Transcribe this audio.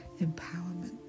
empowerment